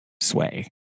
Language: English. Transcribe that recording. sway